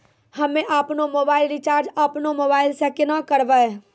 हम्मे आपनौ mobile recharge आपनौ मोबाइल से केना करवै?